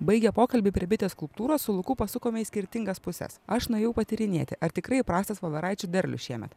baigę pokalbį prie bitės skulptūros su luku pasukome į skirtingas puses aš nuėjau patyrinėti ar tikrai prastas voveraičių derlius šiemet